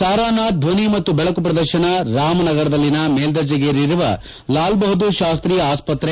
ಸಾರಾನಾಥ್ ಧನಿ ಮತ್ತು ಬೆಳಕು ಪ್ರದರ್ತನ ರಾಮನಗರದಲ್ಲಿನ ಮೇಲರ್ಜೆಗೇರಿರುವ ಲಾಲ್ಬಹದ್ಗೂರ್ ಶಾಸ್ತಿ ಆಸ್ತ್ರೆ